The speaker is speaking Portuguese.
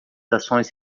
ações